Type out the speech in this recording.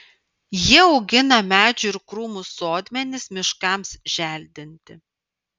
jie augina medžių ir krūmų sodmenis miškams želdinti